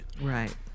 Right